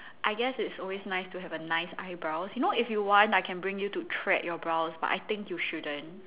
I guess it's always nice to have a nice eyebrows you know if you want I can bring you to thread your brows but I think you shouldn't